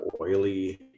oily